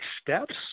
steps